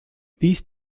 these